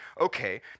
okay